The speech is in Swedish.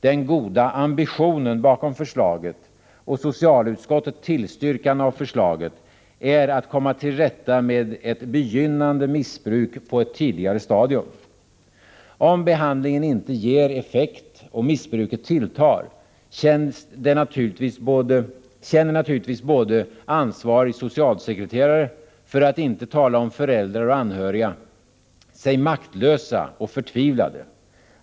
Den goda ambitionen bakom förslaget och socialutskottets tillstyrkan av förslaget är att komma till rätta med ett begynnande missbruk på ett tidigare stadium. Om behandlingen inte ger effekt och missbruket tilltar, känner naturligtvis både ansvarig socialsekreterare — för att inte tala om föräldrar och anhöriga — sig maktlösa och förtvivlade.